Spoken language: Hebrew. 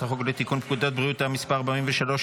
חוק לתיקון פקודת בריאות העם (מס' 43),